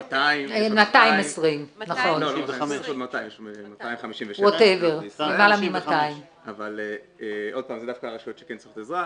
220. עוד פעם, זה דווקא הרשויות שכן צריכות עזרה.